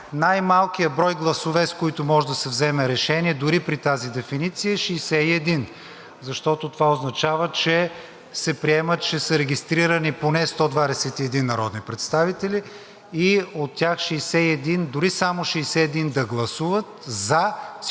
Най-малкият брой гласове, с които може да се вземе решение, дори при тази дефиниция, е 61, защото това означава, че се приема, че са регистрирани поне 121 народни представители и от тях дори само 61 да гласуват за, всички